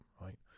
right